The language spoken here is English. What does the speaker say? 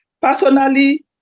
personally